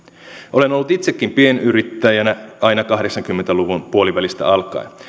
olen ollut itsekin pienyrittäjänä aina kahdeksankymmentä luvun puolivälistä alkaen